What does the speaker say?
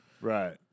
Right